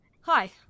Hi